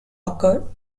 occur